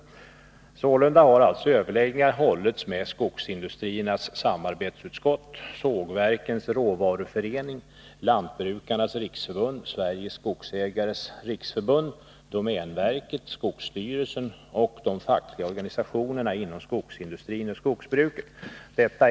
Sålunda har, enligt uppgifter som lämnats till mig från jordbruksdepartementet, överläggningar hållits med Skogsindustriernas samarbetsutskott, Sågverkens råvaruförening, Lantbrukarnas riksförbund, Sveriges skogsägareföreningars riksförbund, domänverket, skogsstyrelsen och de fackliga organisationerna inom skogsindustrin och skogsbruket.